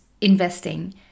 investing